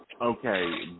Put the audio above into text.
okay